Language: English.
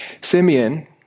Simeon